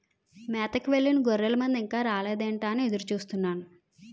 మేతకు వెళ్ళిన గొర్రెల మంద ఇంకా రాలేదేంటా అని ఎదురు చూస్తున్నాను